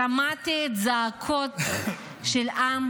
שמעתי את הזעקות של העם